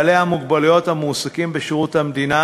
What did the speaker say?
אחוז בעלי המוגבלויות המועסקים בשירות המדינה